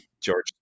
George